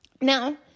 Now